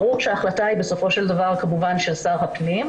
ברור שההחלטה בסופו של דבר היא של שר הפנים,